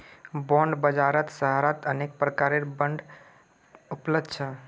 bond बाजारत सहारार अनेक प्रकारेर बांड उपलब्ध छ